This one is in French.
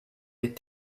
est